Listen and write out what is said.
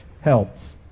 helps